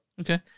Okay